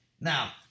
Now